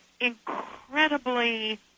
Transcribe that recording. incredibly